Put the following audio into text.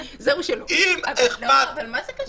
אבל באמת, מה זה קשור?